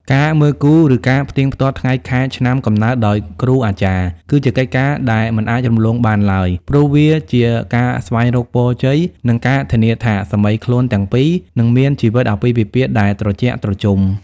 ការ "មើលគូ" ឬការផ្ទៀងផ្ទាត់ថ្ងៃខែឆ្នាំកំណើតដោយគ្រូអាចារ្យ គឺជាកិច្ចការដែលមិនអាចរំលងបានឡើយ ព្រោះវាជាការស្វែងរកពរជ័យ និងការធានាថាសាមីខ្លួនទាំងពីរនឹងមានជីវិតអាពាហ៍ពិពាហ៍ដែលត្រជាក់ត្រជុំ។